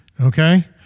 Okay